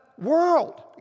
world